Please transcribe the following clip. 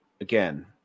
again